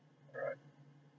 right